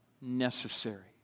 necessary